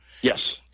yes